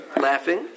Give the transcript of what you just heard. laughing